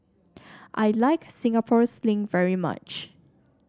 I Like Singapore Sling very much